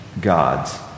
God's